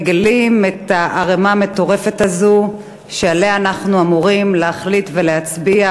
מגלים את הערמה המטורפת הזאת שעליה אנחנו אמורים להחליט ולהצביע,